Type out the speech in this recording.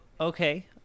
Okay